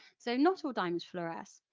so not all diamonds fluoresce.